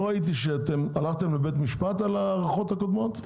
הלכתם לבית משפט על ההארכות הקודמות?